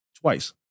Twice